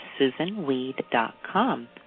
SusanWeed.com